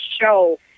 show